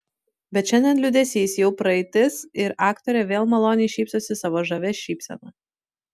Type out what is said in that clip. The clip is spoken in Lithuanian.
bet šiandien liūdesys jau praeitis ir aktorė vėl maloniai šypsosi savo žavia šypsena